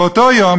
באותו יום,